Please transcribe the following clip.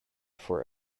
for